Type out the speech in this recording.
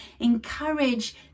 encourage